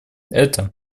это